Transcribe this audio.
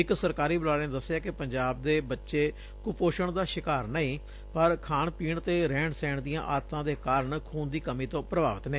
ਇਕ ਸਰਕਾਰੀ ਬੁਲਾਰੇ ਨੇਂ ਦੱਸਿਐ ਕਿ ਪੰਜਾਬ ਦੇ ਬੱਚੇ ਕੁਪੋਸ਼ਣ ਦਾ ਸ਼ਿਕਾਰ ਨਹੀਂ ਪਰ ਖਾਣ ਪੀਣ ਅਤੇ ਰਹਿਣ ਸਹਿਣ ਦੀਆਂ ਆਦਤਾਂ ਦੇ ਕਾਰਨ ਖੁਨ ਦੀ ਕਮੀ ਤੋਂ ਪੁਭਾਵਿਤ ਨੇ